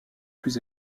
plus